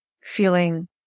feeling